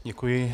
Děkuji.